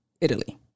Italy